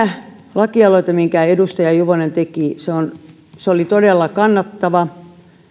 lakialoite minkä edustaja juvonen teki oli todella kannatettava